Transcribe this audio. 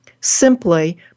simply